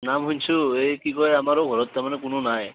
নাম শুনিছো এই কি কয় আমাৰো ঘৰত তাৰমানে কোনো নাই